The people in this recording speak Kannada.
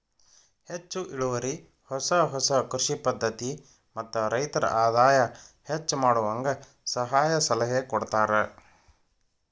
ಹೆಚ್ಚು ಇಳುವರಿ ಹೊಸ ಹೊಸ ಕೃಷಿ ಪದ್ಧತಿ ಮತ್ತ ರೈತರ ಆದಾಯ ಹೆಚ್ಚ ಮಾಡುವಂಗ ಸಹಾಯ ಸಲಹೆ ಕೊಡತಾರ